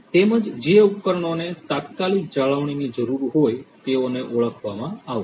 તેમજ જે ઉપકરણોને તાત્કાલિક જાળવણીની જરૂર હોય તેઓને ઓળખવામાં આવશે